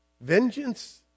vengeance